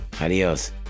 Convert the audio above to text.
Adios